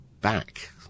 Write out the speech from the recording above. back